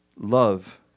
love